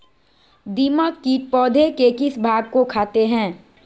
दीमक किट पौधे के किस भाग को खाते हैं?